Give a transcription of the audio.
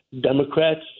Democrats